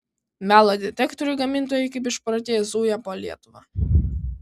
melo detektorių gamintojai kaip išprotėję zuja po lietuvą